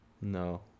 No